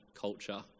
culture